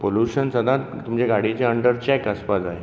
so pollution सदांच तुमचें गाडयेचें अंडर चॅक आसपा जाय